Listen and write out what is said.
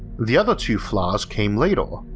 the other two flaws came later,